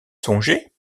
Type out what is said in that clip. songé